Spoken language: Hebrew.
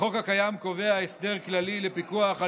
החוק הקיים קובע הסדר כללי לפיקוח על